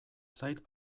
zait